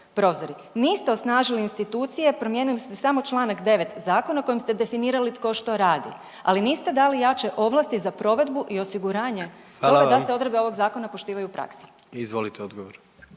prozori. Niste osnažili institucije, promijenili ste samo čl. 9. zakona kojim ste definirali tko što radi, ali niste dali jače ovlasti za provedbu i osiguranje da se odredbe ovog zakona poštivaju u praksi. **Jandroković,